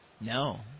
No